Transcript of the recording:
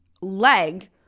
leg